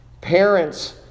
parents